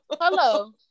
Hello